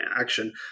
action